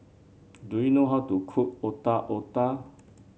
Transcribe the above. do you know how to cook Otak Otak